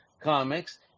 Comics